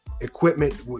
equipment